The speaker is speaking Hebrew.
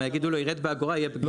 להגיד לו ירד באגורה תהיה פגיעה,